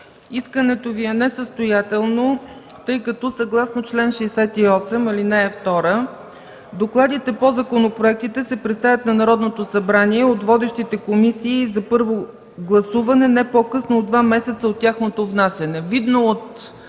Искането Ви е несъстоятелно, тъй като съгласно чл. 68, ал. 2 докладите по законопроектите се представят на Народното събрание от водещите комисии за първо гласуване не по-късно от два месеца от тяхното внасяне.